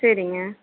சரிங்க